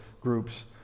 groups